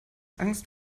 angst